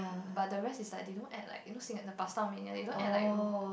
but the rest is like they don't add like you know sin~ the Pasta Mania they don't add like